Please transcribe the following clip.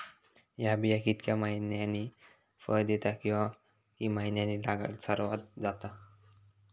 हया बिया कितक्या मैन्यानी फळ दिता कीवा की मैन्यानी लागाक सर्वात जाता?